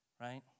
right